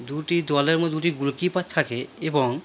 দুটি দলের মধ্যে দুটি গোলকিপার থাকে এবং